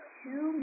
two